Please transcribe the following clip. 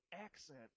accent